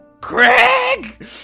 Craig